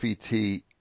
FET